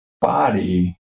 body